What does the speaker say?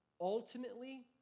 ultimately